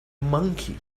monkey